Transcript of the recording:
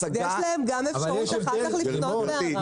ויש להם אפשרות לפנות לערר אחר כך.